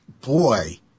boy